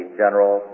general